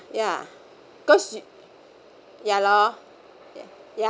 ya cause ya loh ya